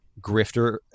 Grifter